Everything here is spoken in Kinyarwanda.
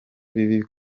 bibi